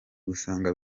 gusanga